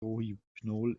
rohypnol